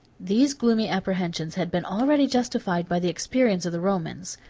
these gloomy apprehensions had been already justified by the experience of the romans.